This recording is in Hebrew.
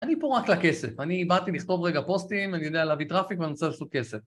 אני פה רק לכסף, אני באתי לכתוב רגע פוסטים, אני יודע להביא טראפיק ואני רוצה לעשות כסף